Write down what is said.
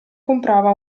comprava